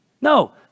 No